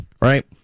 Right